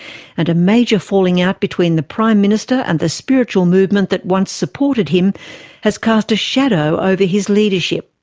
and a major falling-out between the prime minister and the spiritual movement that once supported him has cast a shadow over his leadership.